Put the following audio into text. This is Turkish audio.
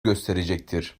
gösterecektir